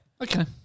Okay